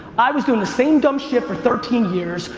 i was doing the same dumb shit for thirteen years,